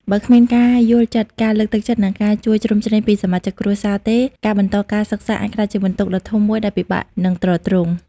បើគ្មានការយល់ចិត្ត ការលើកទឹកចិត្ត និងការជួយជ្រោមជ្រែងពីសមាជិកគ្រួសារទេ ការបន្តការសិក្សាអាចក្លាយជាបន្ទុកដ៏ធំមួយដែលពិបាកនឹងទ្រទ្រង់។